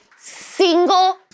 single